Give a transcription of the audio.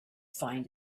find